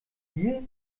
gier